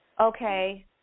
okay